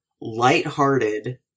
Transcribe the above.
lighthearted